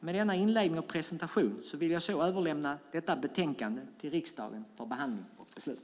Med denna inledande presentation vill jag överlämna detta betänkande till riksdagen för behandling och beslut.